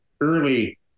early